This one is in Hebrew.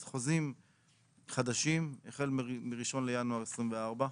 אז חוזים חדשים, החל מאחד בינואר 2024,